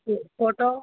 photo